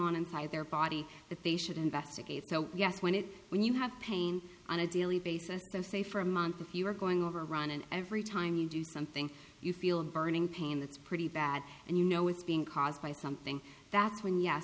on inside their body that they should investigate so yes when it's when you have pain on a daily basis and say for a month if you're going over run and every time you do something you feel a burning pain that's pretty bad and you know it's being caused by something that's when y